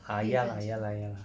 ah ya lah ya lah ya lah